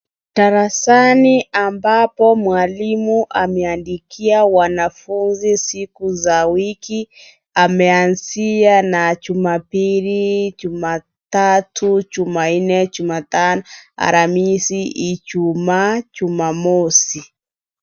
Darasani ambapo mwalimu ameandikia wanafunzi siku za wiki. Ameanzia na Jumapili, Jumatatu. Jumanne, Jumatano, Alhamisi, Ijumaa, Jumamosi.